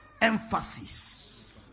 Emphasis